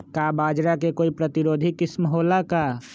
का बाजरा के कोई प्रतिरोधी किस्म हो ला का?